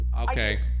Okay